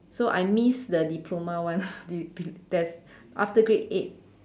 so I miss the diploma one the the there's after grade eight